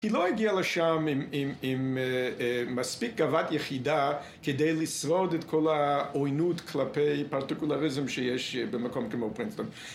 היא לא הגיעה לשם עם מספיק גאוות יחידה כדי לשרוד את כל העוינות כלפי הפרטיקולריזם שיש במקום כמו פרינסטון.